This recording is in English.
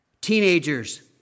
Teenagers